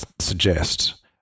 suggest